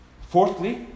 Fourthly